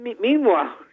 Meanwhile